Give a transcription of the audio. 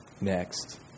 next